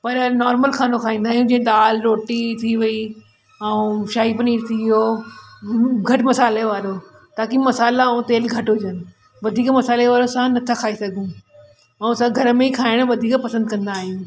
पर नोर्मल खानो खाईंदा आहियूं जीअं दालि रोटी थी वेई ऐं शाही पनीर थी वियो घटि मसाले वारो ताकि मसाला ऐं तेलु घटि हुजनि वधीक मसाले वारो असां नथा खाई सघूं ऐं असां घर में खाइण वधीक पसंदि कंदा आहियूं